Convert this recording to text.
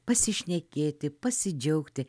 pasišnekėti pasidžiaugti